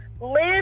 Live